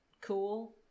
cool